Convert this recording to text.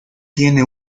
tiene